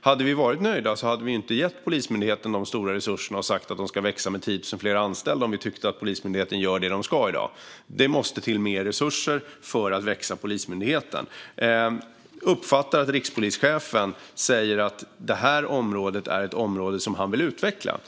Hade vi varit nöjda hade vi inte gett Polismyndigheten de stora resurserna. Vi hade inte sagt att Polismyndigheten ska växa med 10 000 fler anställda om vi hade tyckt att den gör det den ska i dag. Det måste till mer resurser för att Polismyndigheten ska växa. Jag uppfattar att rikspolischefen säger att det här är ett område som han vill utveckla.